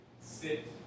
sit